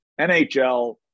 NHL